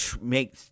make